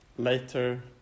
Later